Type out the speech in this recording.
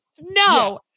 No